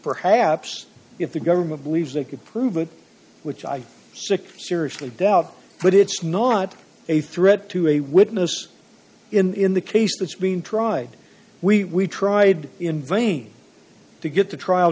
perhaps if the government believes they could prove it which i sick seriously doubt but it's not a threat to a witness in the case that's been tried we tried in vain to get the trial